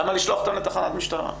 למה לשלוח אותם לתחנת משטרה?